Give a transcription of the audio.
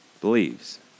believes